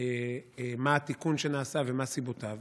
מה התיקון שנעשה ומה סיבותיו,